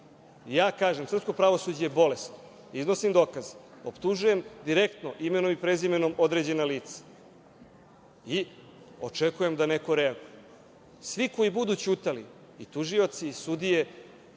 Ja kažem, srpsko pravosuđe je bolesno. Iznosim dokaze, optužujem direktno imenom i prezimenom određena lica i očekujem da neko reaguje. Svi koji budu ćutali, i tužioci, i sudije,